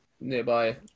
nearby